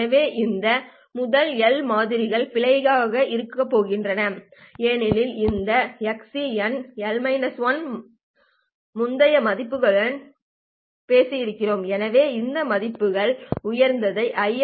எனவே இந்த முதல் எல் மாதிரிகள் பிழையாக இருக்கப் போகின்றன ஏனெனில் இந்த xc n முந்தைய மதிப்புகளுடன் பேசியிருக்கும் எனவே இந்த மதிப்புகள் உயர்ந்தவை ஐ